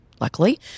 luckily